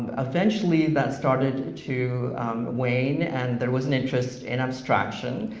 eventually, that started to wain and there was an interest in abstraction,